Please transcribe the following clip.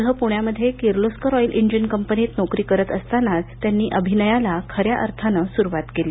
पुढे पुण्यामध्ये Kirloskar oil engine कंपनीत नोकरी करत असतानाच त्यांनी अभिनयाला खऱ्या अर्थानं सुरुवात केली